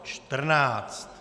14.